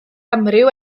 amryw